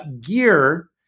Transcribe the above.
Gear